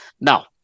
Now